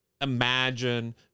imagine